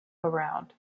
around